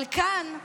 אבל כאן,